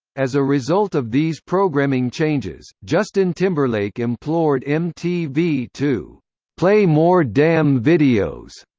as a result of these programming changes, justin timberlake implored mtv to play more damn videos!